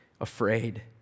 afraid